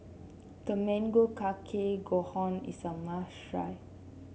Tamago Kake Gohan is a must try